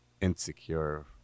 insecure